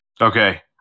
Okay